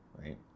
right